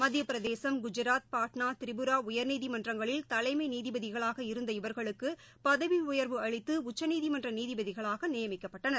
மத்தியப் பிரதேசும் குஜராத் பாட்னா திரிபுரா உயர்நீதிமன்றங்களில் தலைமை நீதிபதிகளாக இருந்த இவர்களுக்கு பதவி உயர்வு அளித்து உச்சநீதிமன்ற நீதிபதிகளாக நியமிக்கப்பட்டனர்